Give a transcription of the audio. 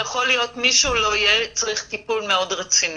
מי שהוא לא יהיה, צריך טיפול מאוד רציני.